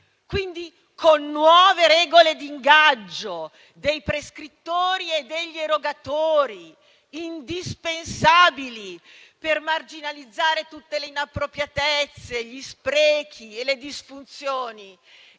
filiera, con nuove regole di ingaggio dei prescrittori e degli erogatori, indispensabili per marginalizzare tutte le inappropriatezze, gli sprechi e le disfunzioni